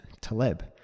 Taleb